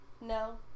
no